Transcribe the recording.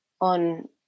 on